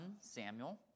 Samuel